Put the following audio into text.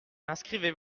inscrivez